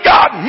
God